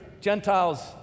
Gentiles